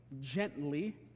gently